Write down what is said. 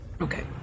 Okay